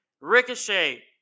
Ricochet